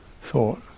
thought